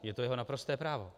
Je to jeho naprosté právo.